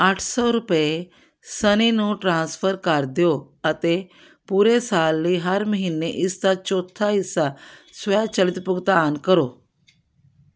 ਅੱਠ ਸੌ ਰੁਪਏ ਸਨੀ ਨੂੰ ਟ੍ਰਾਂਸਫਰ ਕਰ ਦਿਓ ਅਤੇ ਪੂਰੇ ਸਾਲ ਲਈ ਹਰ ਮਹੀਨੇ ਇਸਦਾ ਚੌਥਾ ਹਿੱਸਾ ਸਵੈਚਲਿਤ ਭੁਗਤਾਨ ਕਰੋ